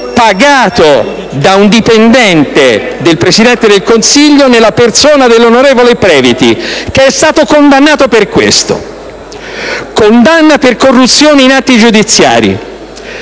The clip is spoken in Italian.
pagato da un dipendente del Presidente del Consiglio, nella persona dell'onorevole Previti, che è stato condannato per questo: condanna per corruzione in atti giudiziari,